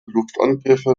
luftangriffe